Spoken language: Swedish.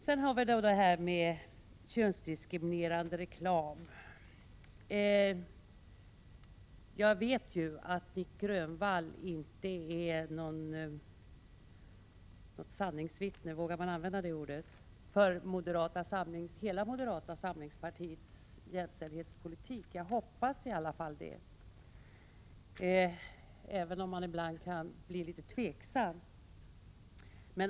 Sedan gäller det könsdiskriminerande reklam. Jag vet att Nic Grönvall inte är något sanningsvittne — vågar man använda det ordet? — när det gäller hela moderata samlingspartiets jämställdhetspolitik; jag hoppas i alla fall det, även om man ibland kan bli litet tveksam.